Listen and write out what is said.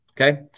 Okay